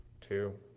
two